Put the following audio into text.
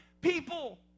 people